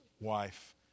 wife